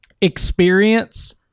experience